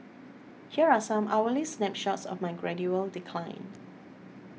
here are some hourly snapshots of my gradual decline